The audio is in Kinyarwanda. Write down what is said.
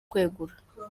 kwegura